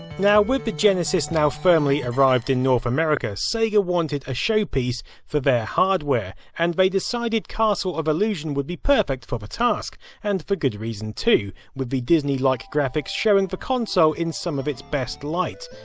now with the genesis now firmly arrived in north america, sega wanted a show-piece for their hardware and they decided castle of illusion would be perfect for the task. and for good reason too, with the disney like graphics showing the console in some of its best light.